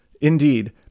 indeed